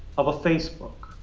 of a facebook,